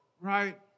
right